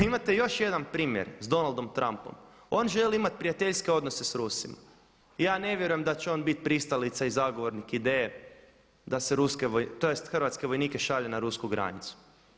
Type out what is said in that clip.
Imate još jedan primjer s Donaldom Trampom, on želi imati prijateljske odnose s Rusima, ja ne vjerujem da će on biti pristalica i zagovornik ideje da se hrvatske vojnike šalje na rusku granicu.